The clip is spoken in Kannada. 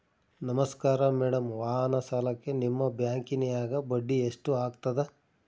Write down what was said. ನಮಸ್ಕಾರ ಮೇಡಂ ವಾಹನ ಸಾಲಕ್ಕೆ ನಿಮ್ಮ ಬ್ಯಾಂಕಿನ್ಯಾಗ ಬಡ್ಡಿ ಎಷ್ಟು ಆಗ್ತದ?